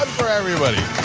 for everybody.